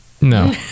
No